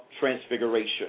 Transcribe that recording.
transfiguration